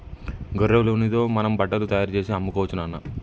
గొర్రెల ఉన్నితో మనం బట్టలు తయారుచేసి అమ్ముకోవచ్చు నాన్న